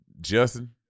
Justin